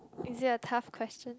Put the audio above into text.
is it a tough question